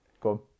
Go